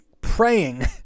praying